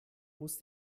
muss